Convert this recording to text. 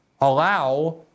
allow